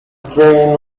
drain